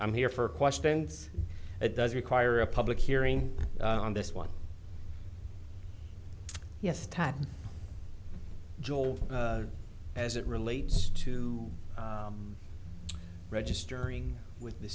i'm here for questions it does require a public hearing on this one yes type joel as it relates to registering with the